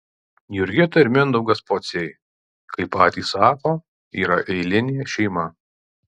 jurgita ir mindaugas pociai kaip patys sako yra eilinė šeima